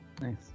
Nice